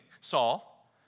Saul